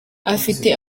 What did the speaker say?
afite